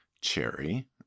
cherry